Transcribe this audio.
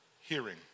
Hearing